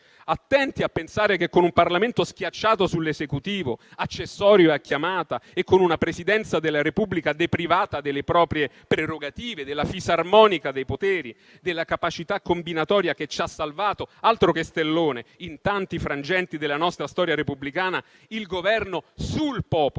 Attenti a pensare che, con un Parlamento schiacciato sull'Esecutivo, accessorio e a chiamata e con una Presidenza della Repubblica deprivata delle proprie prerogative, della fisarmonica dei poteri, della capacità combinatoria che ci ha salvato - altro che stellone - in tanti frangenti della nostra storia repubblicana, il Governo sul popolo